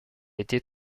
était